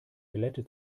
glätte